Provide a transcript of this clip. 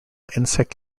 insect